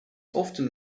often